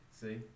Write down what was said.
See